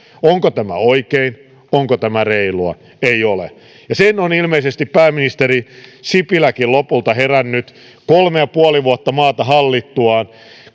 onko tämä oikein onko tämä reilua ei ole ja siihen on ilmeisesti pääministeri sipiläkin lopulta herännyt kolme ja puoli vuotta maata hallittuaan